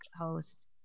host